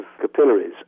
capillaries